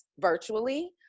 virtually